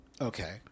Okay